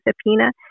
subpoena